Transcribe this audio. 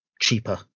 cheaper